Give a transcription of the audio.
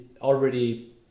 already